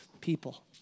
people